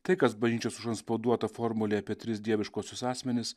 tai kas bažnyčios užantspauduota formulėje apie tris dieviškuosius asmenis